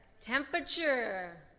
Temperature